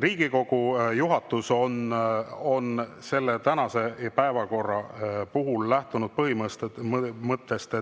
Riigikogu juhatus on selle nädala päevakorra puhul lähtunud põhimõttest,